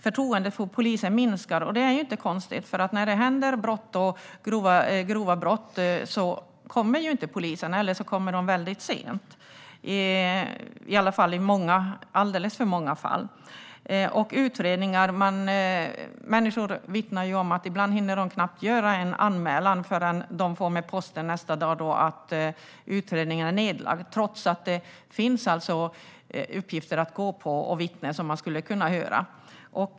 Förtroendet för polisen minskar, och det är inte konstigt. När grova brott begås kommer inte polisen, eller så kommer man väldigt sent i alldeles för många fall. När det gäller utredningar vittnar människor om att de knappt hinner göra en anmälan förrän de med posten nästa dag får besked om att utredningen är nedlagd trots att det finns uppgifter att gå på och vittnen som skulle kunna höras.